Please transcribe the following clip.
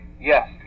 Yes